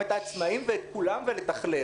גם את העצמאים ולתכלל.